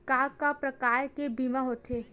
का का प्रकार के बीमा होथे?